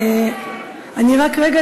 רק רגע,